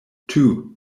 two